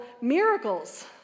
miracles